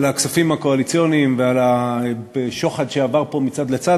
הכספים הקואליציוניים ועל השוחד שעבר פה מצד לצד,